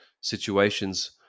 situations